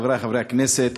חברי חברי הכנסת,